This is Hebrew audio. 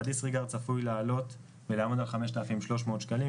והדיסריגרד צפוי לעלות ולעמוד על 5,300 שקלים.